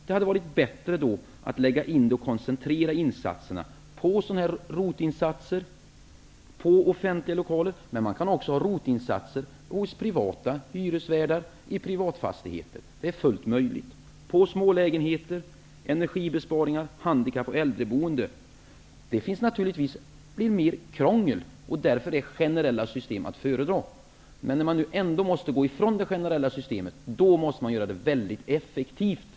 Det hade då varit bättre att sätta in koncentrerade insatser på ROT-området, offentliga lokaler -- det är också fullt möjligt med Det medför naturligtvis mer krångel. Därför är generella system att föredra. Men när man nu ändå måste frångå det generella systemet, måste man göra det väldigt effektivt.